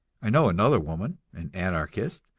i know another woman, an anarchist,